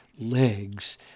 legs